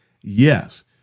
Yes